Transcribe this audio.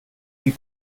die